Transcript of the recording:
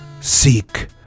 seek